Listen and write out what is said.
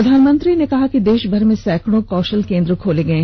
प्रधानमंत्री ने कहा कि देशभर में सैंकडों कौषल केंद्र खोले गये